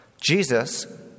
Jesus